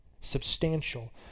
substantial